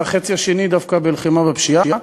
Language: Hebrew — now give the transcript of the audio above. והחצי השני דווקא בלחימה בפשיעה,